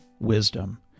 wisdom